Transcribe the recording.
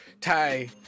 Ty